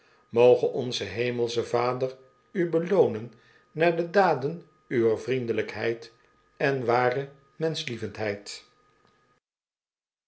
moge onze hemelsche vader u beloonen naar de daden uwer vriendelijkheid en ware